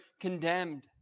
condemned